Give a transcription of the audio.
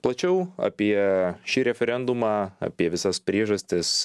plačiau apie šį referendumą apie visas priežastis